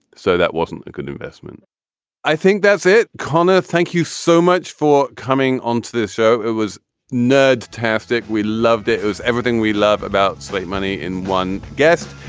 so that wasn't a good investment i think that's it. connor, thank you so much for coming onto this show. it was nerd tastic we loved it. it was everything we love about slate money in one guest.